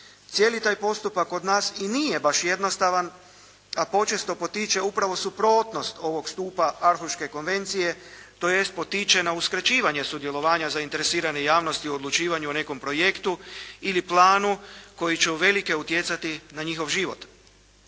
Cijeli taj postupak kod nas i nije baš jednostavan, a počesto potiče upravo suprotnost ovog stupa Arhuške konvencije tj. potiče na uskraćivanje sudjelovanja zainteresirane javnosti u odlučivanju o nekom projektu ili planu koji će uvelike utjecati na njihov život.